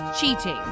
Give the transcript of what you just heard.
cheating